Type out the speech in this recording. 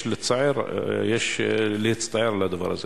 יש להצטער על הדבר הזה.